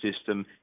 system